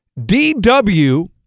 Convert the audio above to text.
DW